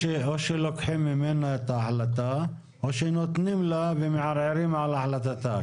או שלוקחים ממנה את ההחלטה או שנותנים לה ומערערים על החלטתה.